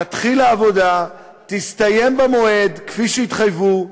תתחיל העבודה, תסתיים במועד, כפי שהתחייבו.